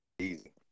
easy